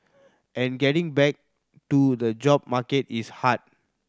and getting back to the job market is hard